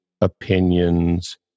opinions